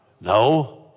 No